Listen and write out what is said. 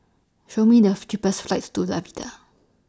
Show Me The cheapest flights to Latvia